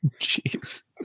Jeez